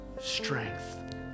strength